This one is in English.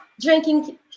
drinking